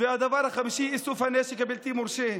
והדבר החמישי: איסוף הנשק הבלתי-מורשה.